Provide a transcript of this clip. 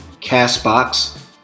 Castbox